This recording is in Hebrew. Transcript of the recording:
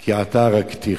כי עתה הרגתיך.